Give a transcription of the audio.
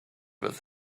with